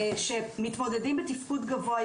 שמתמודדים בתפקוד גבוה,